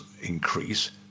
increase